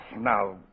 now